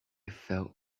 felt